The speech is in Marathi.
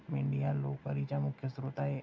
मेंढी हा लोकरीचा मुख्य स्त्रोत आहे